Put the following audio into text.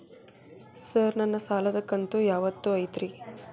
Sir ನನ್ನ ಸಾಲದ ಕಂತು ಯಾವತ್ತೂ ಐತ್ರಿ?